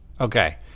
Okay